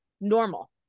normal